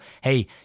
hey